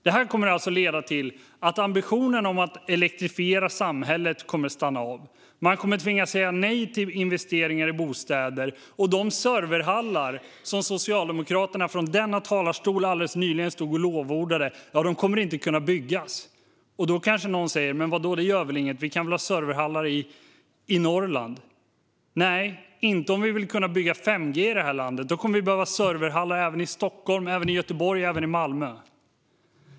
Detta kommer att leda till att ambitionen att elektrifiera samhället kommer att stanna av. Man kommer att tvingas att säga nej till investeringar i bostäder, och de serverhallar som Socialdemokraterna från denna talarstol alldeles nyligen stod och lovordade kommer inte att kunna byggas. Då kanske någon säger: Men vadå, det gör väl inget, för vi kan ju ha serverhallar i Norrland! Nej, det kan vi inte - inte om vi vill kunna bygga 5G i det här landet. Då kommer vi att behöva serverhallar även i Stockholm, Göteborg och Malmö.